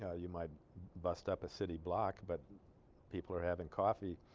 yeah you might bust up a city block but people are having coffee